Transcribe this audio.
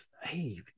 hey